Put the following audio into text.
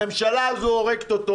הממשלה הזו הורגת אותו